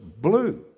blue